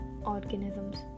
organisms